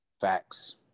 Facts